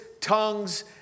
tongues